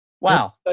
Wow